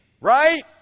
right